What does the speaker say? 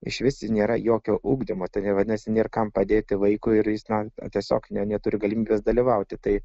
išvis nėra jokio ugdymo ten vadinasi nėr kam padėti vaikui ir jis na tiesiog neturi galimybės dalyvauti tai